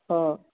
हो